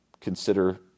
consider